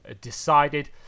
decided